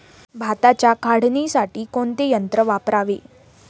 भाताच्या काढणीसाठी कोणते यंत्र वापरावे?